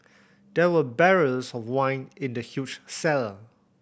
there were barrels of wine in the huge cellar